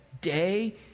day